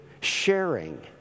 sharing